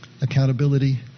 accountability